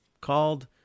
called